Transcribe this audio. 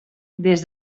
des